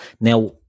Now